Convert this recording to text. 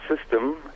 system